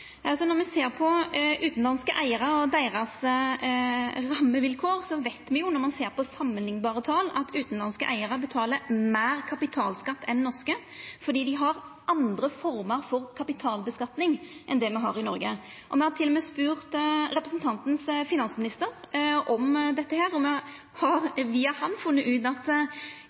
Når me ser på utanlandske eigarar og deira rammevilkår, veit me – når ein samanliknar tala – at utanlandske eigarar betalar meir kapitalskatt enn norske, fordi dei har andre former for kapitalskattlegging enn det me har i Noreg. Me har til og med spurt representanten Kapurs finansminister om dette, og me har via han funne ut at